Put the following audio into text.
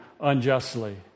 unjustly